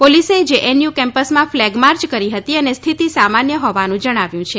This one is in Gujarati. પોલીસે જેએનયુ કેમ્પસમાં ફ્લેગ માર્ચ કરી હતી અને સ્થિતિ સામાન્ય હોવાનું જણાવ્યું છે